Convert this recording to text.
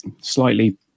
slightly